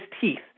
teeth